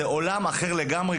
זה עולם אחר לגמרי,